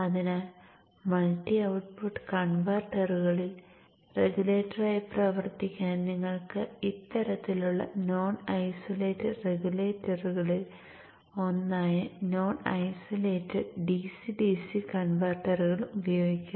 അതിനാൽ multi output കൺവെർട്ടറുകളിൽ റെഗുലേറ്ററായി പ്രവർത്തിക്കാൻ നിങ്ങൾക്ക് ഇത്തരത്തിലുള്ള നോൺ ഐസൊലേറ്റഡ് റെഗുലേറ്ററുകളിൽ ഒന്നായ നോൺ ഐസൊലേറ്റഡ് DC DC കൺവെർട്ടറുകൾ ഉപയോഗിക്കാം